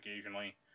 occasionally